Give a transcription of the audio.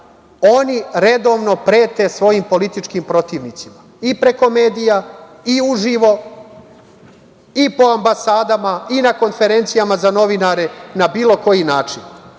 oni redovno prete svojim političkim protivnicima i preko medija i uživo i po ambasadama i na konferencijama za novinare, na bilo koji način,